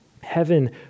Heaven